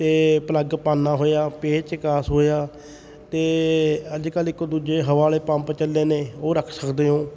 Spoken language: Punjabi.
ਅਤੇ ਪਲੱਗ ਪਾਨਾ ਹੋਇਆ ਪੇਚਕਸ ਹੋਇਆ ਅਤੇ ਅੱਜ ਕੱਲ੍ਹ ਇੱਕ ਦੂਜੇ ਹਵਾ ਵਾਲੇ ਪੰਪ ਚੱਲੇ ਨੇ ਉਹ ਰੱਖ ਸਕਦੇ ਹੋ